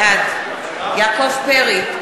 בעד יעקב פרי,